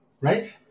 Right